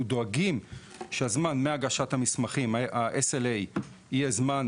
אנחנו דואגים שהזמן מהגשת המסמכים ה-SLA יהיה זמן